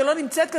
שלא נמצאת כאן,